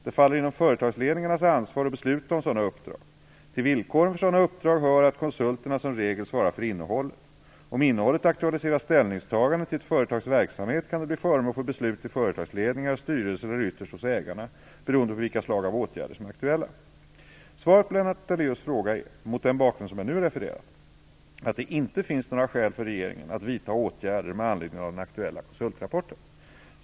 Det faller inom företagsledningarnas ansvar att besluta om sådana uppdrag. Till villkoren för sådana uppdrag hör att konsulterna som regel svarar för innehållet. Om innehållet aktualiserar ställningstaganden till ett företags verksamhet kan det bli föremål för beslut i företagsledningar, styrelser eller ytterst hos ägarna, beroende på vilka slag av åtgärder som är aktuella. Svaret på Lennart Daléus fråga är, mot den bakgrund som jag nu refererat, att det inte finns några skäl för regeringen att vidta åtgärder med anledning av den aktuella konsultrapporten.